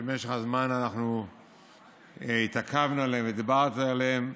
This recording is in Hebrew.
שבמשך הזמן התעכבנו עליהם ודיברנו עליהם.